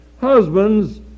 Husbands